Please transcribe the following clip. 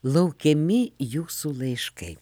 laukiami jūsų laiškai